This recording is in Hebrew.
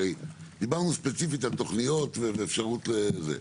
הרי דיברנו ספציפית על תוכניות ואפשרות לזה.